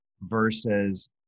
versus